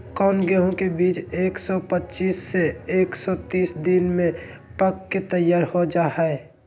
कौन गेंहू के बीज एक सौ पच्चीस से एक सौ तीस दिन में पक के तैयार हो जा हाय?